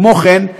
כמו כן,